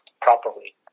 properly